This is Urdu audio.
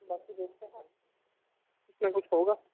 باقی دیکھتے ہیں اِس میں کچھ ہوگا